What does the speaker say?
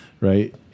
right